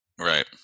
Right